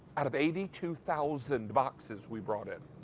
i have eighty two thousand boxes we brought in.